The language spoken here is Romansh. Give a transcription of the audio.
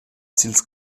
sils